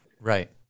Right